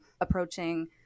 approaching